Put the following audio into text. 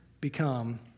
become